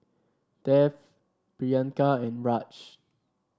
Dev Priyanka and Raj